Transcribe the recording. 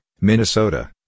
Minnesota